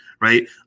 right